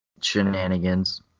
shenanigans